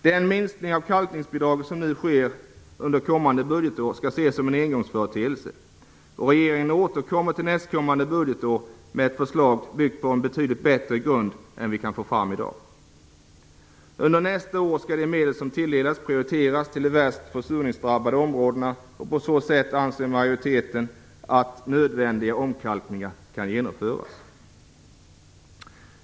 Den minskning av kalkningsbidraget som sker under kommande budgetår skall ses som en engångsföreteelse. Regeringen återkommer nästkommande budgetår med ett förslag byggt på en betydligt bättre grund än den vi kan få fram i dag. Under nästa år skall de medel som tilldelas prioriteras till de värst försurningsdrabbade områdena, och på så sätt anser majoriteten att nödvändiga omkalkningar kan genomföras.